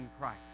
Christ